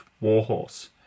warhorse